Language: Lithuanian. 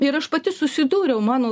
ir aš pati susidūriau mano